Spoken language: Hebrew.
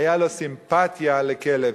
היתה לו סימפתיה לכלב.